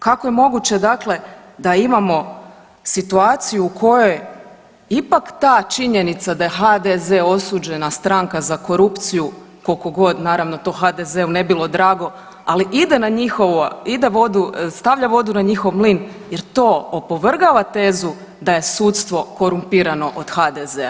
Kako je moguće dakle da imamo situaciju u kojoj ipak ta činjenica da je HDZ osuđena stranka za korupciju koliko god to naravno HDZ-u ne bilo drago, ali na njihovu, ide vodu, stavlja vodu na njihov mlin jer to opovrgava tezu da je sudstvo korumpirano od HDZ-a.